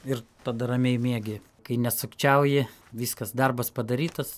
ir tada ramiai miegi kai nesukčiauji viskas darbas padarytas